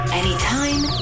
anytime